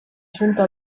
junta